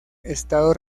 estado